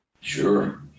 Sure